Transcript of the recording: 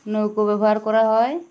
নৌকো ব্যবহার করা হয়